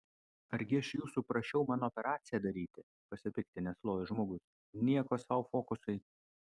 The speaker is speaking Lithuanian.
argi aš jūsų prašiau man operaciją daryti pasipiktinęs lojo žmogus nieko sau fokusai